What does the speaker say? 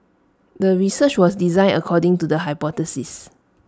the research was designed according to the hypothesis